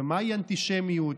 מהי אנטישמיות,